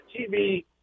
TV